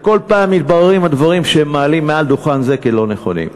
וכל פעם מתבררים הדברים שהם מעלים מעל דוכן זה כלא-נכונים.